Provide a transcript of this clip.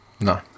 no